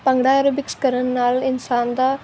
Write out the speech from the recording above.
bhangra aerobics ਕਰਨ ਨਾਲ ਇਨਸਾਨ ਦਾ